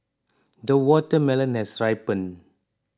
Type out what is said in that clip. the watermelon has ripened